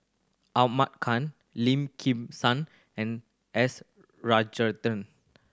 Ahmad Khan Lim Kim San and S